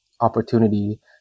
opportunity